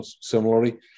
similarly